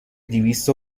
دویست